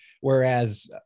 Whereas